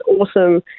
awesome